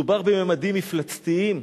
מדובר בממדים מפלצתיים.